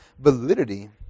validity